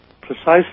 precisely